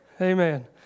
Amen